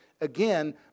again